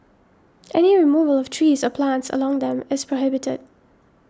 any removal of trees or plants along them is prohibited